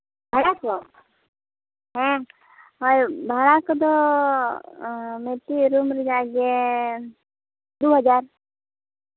ᱟᱲᱟᱭ ᱥᱚ ᱦᱮᱸ ᱦᱮᱸ ᱵᱷᱟᱲᱟ ᱠᱚᱫᱚ ᱢᱤᱫᱴᱤᱡ ᱨᱩᱢ ᱨᱮᱭᱟᱜ ᱜᱮ ᱫᱩ ᱦᱟᱡᱟᱨ